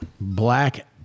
black